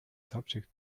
subject